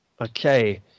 okay